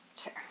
Sure